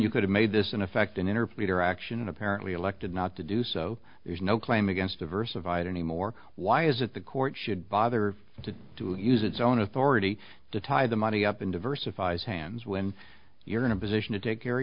you could have made this in effect an interpreter action apparently elected not to do so there's no claim against diversified anymore why is it the court should bother to to use its own authority to tie the money up in diversifies hands when you're in a position to take care